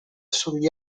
sugli